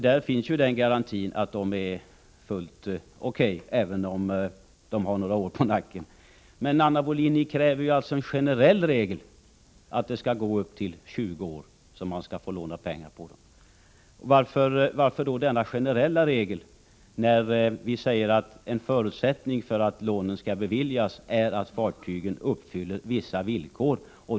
Det finns alltså en garanti för att de är fullt O.K., även om de har några år på nacken. Men, Anna Wohlin-Andersson, ni kräver en generell regel om att belåning av fartygen skall kunna ske upp till 20 års ålder. Varför denna generella regel när vi säger att en förutsättning för att lånen skall beviljas är att fartygen skall uppfylla vissa villkor?